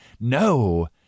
No